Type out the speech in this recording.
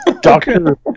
Doctor